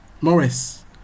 Morris